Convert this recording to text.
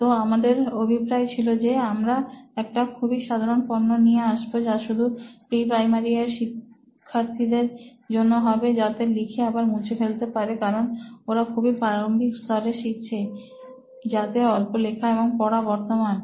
তো আমাদের অভিপ্রায় ছিল যে আমরা একটা খুবই সাধারণ পণ্য নিয়ে আসব যা শুধু প্রি প্রাইমারী এর শিক্ষার্থীদের জন্য হবে যাতে লিখে আবার মুছে ফেলতে পারে কারন ওরা খুবই প্রারম্ভিক স্তরে শিখছে যাতে অল্প লেখা এবং পড়া বর্তমান